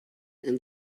and